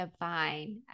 divine